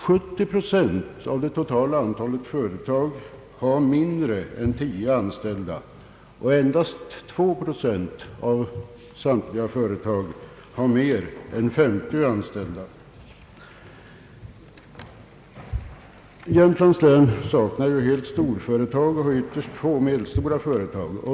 70 procent av det totala antalet företag har mindre än tio anställda, medan endast 2 procent har mer än 50 anställda. Länet saknar helt storföretag och har ytterst få medelstora företag.